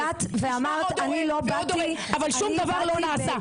נשמע עוד הורה ועוד הורה אבל שום דבר לא נעשה.